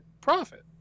profit